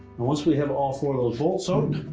and once we have all four of those bolts out,